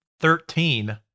Thirteen